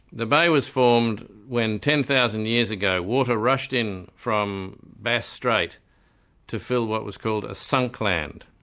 the bay was formed when ten thousand years ago water rushed in from bass strait to fill what was called a sunk land.